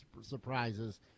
surprises